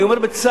אני אומר בצער,